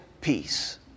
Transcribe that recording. peace